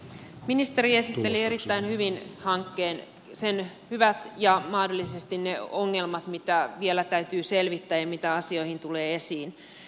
ministeri esitteli erittäin hyvin hankkeen sen hyvät puolet ja mahdollisesti ne ongelmat mitä vielä täytyy selvittää ja mitä asioihin tulee esiin